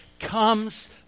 comes